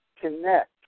connect